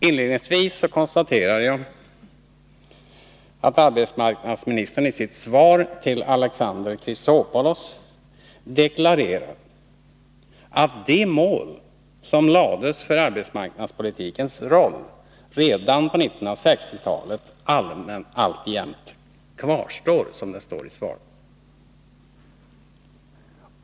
Inledningsvis konstaterar jag att arbetsmarknadsministern, i sitt svar till Alexander Chrisopoulos, deklarerar att de mål som lades fast för arbetsmarknadspolitikens roll redan på 1960-talet alltjämt kvarstår, som det står i svaret.